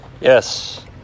Yes